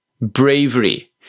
bravery